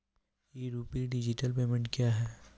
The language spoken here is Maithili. ई रूपी डिजिटल पेमेंट क्या हैं?